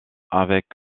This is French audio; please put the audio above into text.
avec